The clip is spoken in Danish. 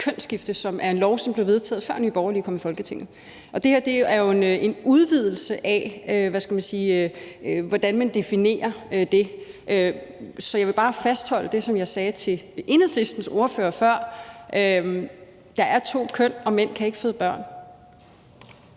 kønsskifte, som er en lov, som blev vedtaget, før Nye Borgerlige kom i Folketinget. Og det her er jo – hvad skal man sige – en udvidelse af, hvordan man definerer det. Så jeg vil bare fastholde det, som jeg sagde til Enhedslistens ordfører før: Der er to køn, og mænd ikke kan føde børn.